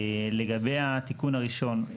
לגבי התיקון הראשון,